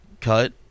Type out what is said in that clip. cut